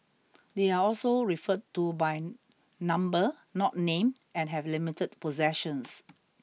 they are also referred to by number not name and have limited possessions